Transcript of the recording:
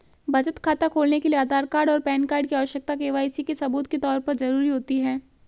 बचत खाता खोलने के लिए आधार कार्ड और पैन कार्ड की आवश्यकता के.वाई.सी के सबूत के तौर पर ज़रूरी होती है